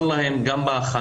מובהר מהם גם בהכנות